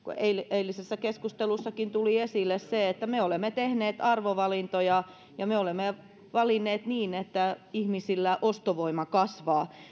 eilisessä keskustelussakin tuli esille se että me olemme tehneet arvovalintoja ja me olemme valinneet niin että ihmisillä ostovoima kasvaa